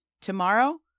Tomorrow